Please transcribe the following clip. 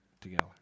together